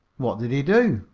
what did he do?